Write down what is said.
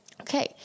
Okay